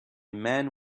man